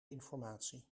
informatie